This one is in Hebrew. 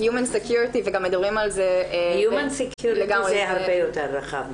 וגם מדברים על זה --- Human security זה הרבה יותר רחב.